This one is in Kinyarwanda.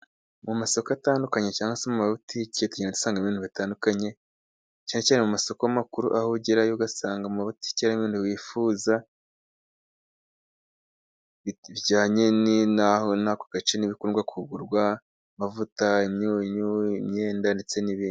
Mu masoko atandukanye cyangwa se mu mabutike ugenda usangamo ibintu bitandukanye cyane cyane mu masoko makuru aho ugerayo ugasanga mu mabutike harimo ibintu wifuza bijyanye n' ako gace, n'ibikunda kugurwa amavuta, imyunyu, imyenda ndetse n'ibindi.